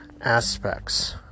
aspects